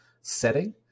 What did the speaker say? setting